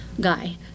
guy